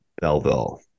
Belleville